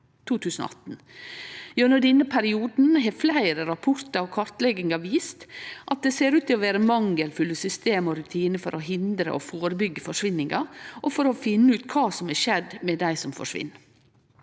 2018. Gjennom denne perioden har fleire rapportar og kartleggingar vist at det ser ut til å vere mangelfulle system og rutinar for å hindre og førebyggje forsvinningar, og for å finne ut kva som er skjedd med dei som forsvinn.